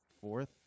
fourth